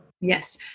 Yes